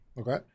okay